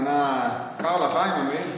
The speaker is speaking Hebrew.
קר לך, עם המעיל.